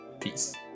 Peace